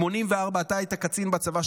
ב-1984 אתה היית קצין בצבא,